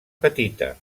petita